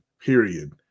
Period